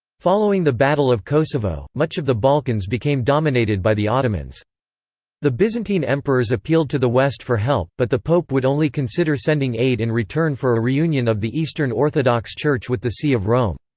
following the battle of kosovo, much of the balkans became dominated by the ottomans the byzantine emperors appealed to the west for help, but the pope would only consider sending aid in return for a reunion of the eastern orthodox church with the see of rome.